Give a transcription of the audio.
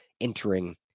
entering